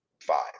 five